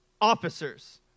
officers